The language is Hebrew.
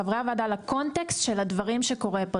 חברי הוועדה לקונטקסט של הדברים שקורים פה,